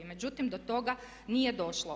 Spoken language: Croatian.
Međutim, do toga nije došlo.